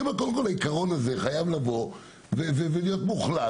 אני אומר שהעיקרון הזה חייב לבוא ולהיות מוחלט.